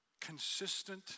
consistent